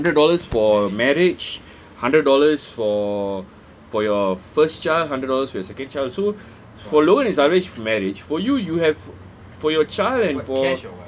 hundred dollars for marriage hundred dollars for for your first child hundred dollars for your second child so for marriage for you you have for your child and for